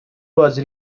was